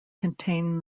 contain